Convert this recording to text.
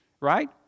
Right